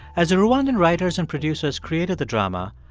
as the rwandan writers and producers created the drama,